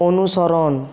অনুসরণ